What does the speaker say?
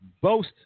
Boast